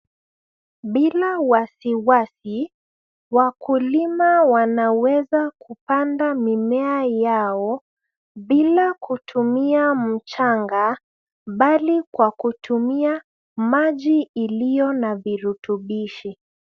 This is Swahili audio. Bila wasiwasi, wakulima wanaweza kupanda mimea yao bila kutumia mchanga, bali kwa kutumia maji iliyo na virutubishi.